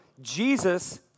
Jesus